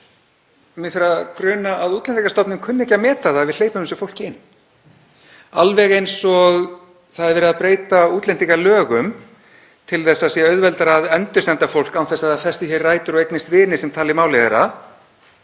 Og mig fer að gruna að Útlendingastofnun kunni ekki að meta það að við hleypum þessu fólki inn. Alveg eins og það er verið að breyta útlendingalögum svo það sé auðveldara að endursenda fólk án þess að það festi hér rætur og eignist vini sem tala máli